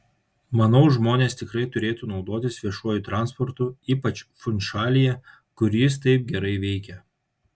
manau žmonės tikrai turėtų naudotis viešuoju transportu ypač funšalyje kur jis taip gerai veikia